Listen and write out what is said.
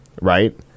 right